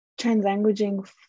translanguaging